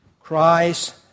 Christ